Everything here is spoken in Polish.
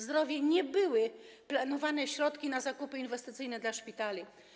Zdrowie nie były planowane środki na zakupy inwestycyjne dla szpitali.